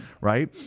Right